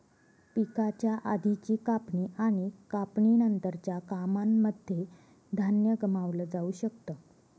पिकाच्या आधीची कापणी आणि कापणी नंतरच्या कामांनमध्ये धान्य गमावलं जाऊ शकत